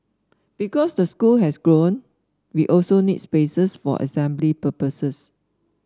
because the school has grown we also need spaces for assembly purposes